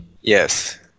Yes